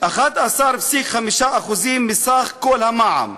11.5% מסך המע"מ,